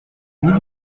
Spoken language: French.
mille